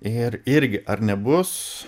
ir irgi ar nebus